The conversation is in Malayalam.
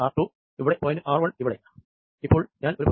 ഇപ്പോൾ ഞാൻ ഒരു ടെസ്റ്റ് ചാർജ് ഡെൽറ്റാക്യൂ എടുക്കുന്നു എന്ന് വിചാരിക്കുക